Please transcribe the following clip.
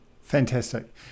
Fantastic